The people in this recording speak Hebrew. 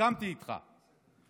הסכמתי איתך.